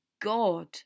God